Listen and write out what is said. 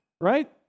right